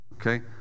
okay